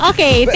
Okay